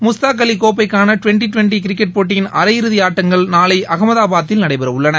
முஷ்டாக் அலி கோப்பக்காள twenty twenty cricket போட்டியின் அரையிறுதி ஆட்டங்கள் நாளை அகமதாபாத்தில் நடைபெற உள்ளன